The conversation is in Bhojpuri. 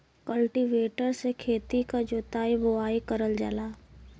कल्टीवेटर से खेती क जोताई बोवाई करल जाला